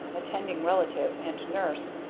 attending relative, and nurse,